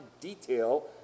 detail